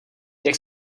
jak